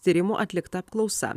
tyrimų atlikta apklausa